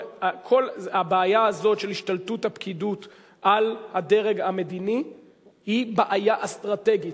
כל הבעיה הזאת של השתלטות הפקידות על הדרג המדיני היא בעיה אסטרטגית,